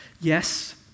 Yes